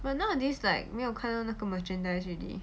but nowadays like 没有看到那个 merchandise already